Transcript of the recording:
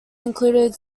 included